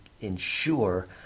ensure